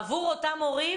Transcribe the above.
עבור אותם הורים